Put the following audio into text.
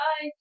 Bye